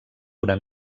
una